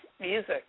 music